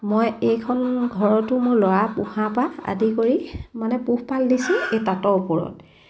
মই এইখন ঘৰতো মোৰ ল'ৰা পোহা পৰা আদি কৰি মানে পোহপাল দিছোঁ এই তাঁতৰ ওপৰত